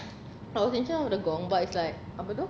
I was in charge of the gong but it's like apa tu